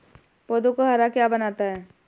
पौधों को हरा क्या बनाता है?